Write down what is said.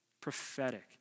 Prophetic